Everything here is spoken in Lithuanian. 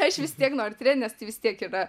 aš vis tiek noriu turėt nes tai vis tiek yra